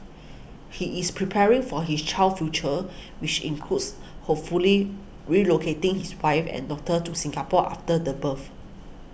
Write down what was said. he is preparing for his child's future which includes hopefully relocating his wife and daughter to Singapore after the birth